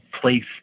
place